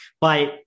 But-